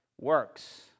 works